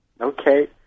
Okay